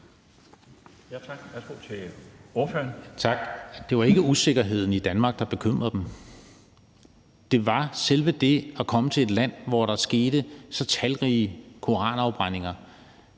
Tak. Det var ikke usikkerheden i Danmark, der bekymrede dem. Det var selve det at komme til et land, hvor der skete så talrige koranafbrændinger.